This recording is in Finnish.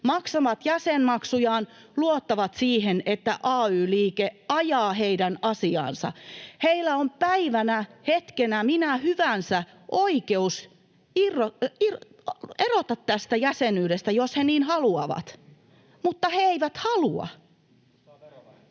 maksavat jäsenmaksujaan, luottavat siihen, että ay-liike ajaa heidän asiaansa. Heillä on päivänä, hetkenä minä hyvänsä oikeus erota tästä jäsenyydestä, jos he niin haluavat, mutta he eivät halua.